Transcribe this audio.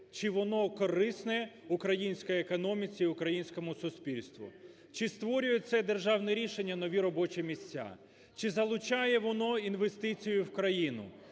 чи воно корисне українській економіці, українському суспільство, чи створює це державне рішення нові робочі місця, чи залучає воно інвестицію в країну,